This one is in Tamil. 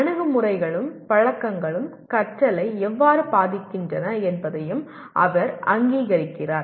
அணுகுமுறைகளும் பழக்கங்களும் கற்றலை எவ்வாறு பாதிக்கின்றன என்பதையும் அவர் அங்கீகரிக்கிறார்